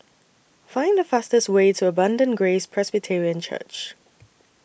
Find The fastest Way to Abundant Grace Presbyterian Church